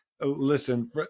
Listen